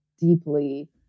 deeply